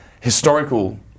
historical